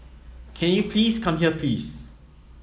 can you please come here please